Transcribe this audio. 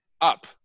Up